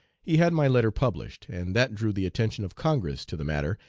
he had my letter published, and that drew the attention of congress to the matter,